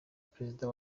perezida